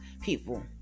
people